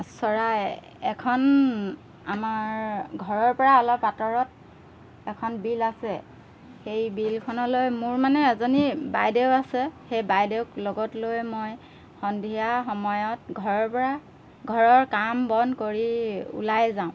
চৰাই এখন আমাৰ ঘৰৰ পৰা অলপ আঁতৰত এখন বিল আছে সেই বিলখনলৈ মোৰ মানে এজনী বাইদেউ আছে সেই বাইদেউক লগত লৈ মই সন্ধিয়া সময়ত ঘৰৰ পৰা ঘৰৰ কাম বন কৰি ওলাই যাওঁ